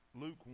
Luke